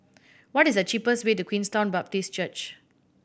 what is the cheapest way to Queenstown Baptist Church